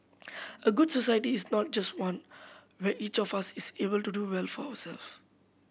a good society is not just one where each of us is able to do well for ourselves